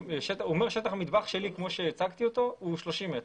הוא אומר שטח המטבח שלו כמו שהעתיק אותו הוא 30 מטרים.